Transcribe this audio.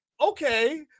okay